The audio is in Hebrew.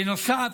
בנוסף,